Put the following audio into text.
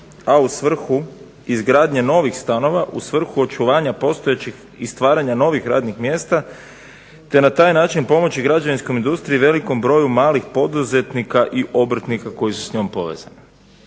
a u svrhu izgradnje novih stanova, u svrhu očuvanja postojećih i stvaranja novih radnih mjesta te na taj način pomoći građevinskoj industriji i velikom broju malih poduzetnika i obrtnika koji su s njom povezani.